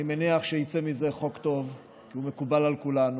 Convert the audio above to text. אני מניח שיצא מזה חוק טוב שמקובל על כולנו.